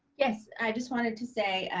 yes. i just wanted to say,